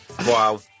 Wow